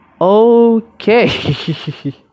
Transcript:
okay